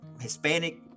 Hispanic